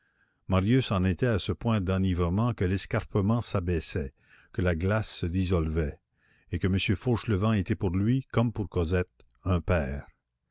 marius en était à ce point d'enivrement que l'escarpement s'abaissait que la glace se dissolvait et que m fauchelevent était pour lui comme pour cosette un père